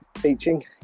teaching